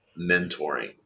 mentoring